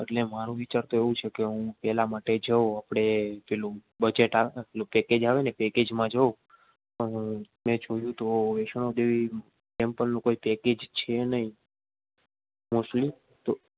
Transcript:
એટલે મારો વિચાર તો એવું છે કે હું પેલા માટે જ્યુ આપળે પેલું બજેટ આવે પેલું પેકેજ પેકેજ આવેને પેકેજમાં જ્યુ મે જોયું તુ વૈષ્ણુંદેવી ટેમ્પલનો કોઈ પેકેજ છે નઇ મોસલી તો